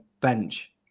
bench